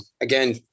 again